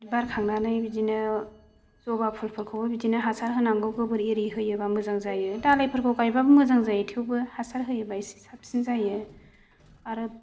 बारखांनानै बिदिनो जबा फुलफोरखौबो बिदिनो हासार होनांगौ गोबोर आरि होयोबा मोजां जायो दालाइफोरखौ गायोबाबो मोजां जायो थेवबो हासार होयोबा एसे साबसिन जायो आरो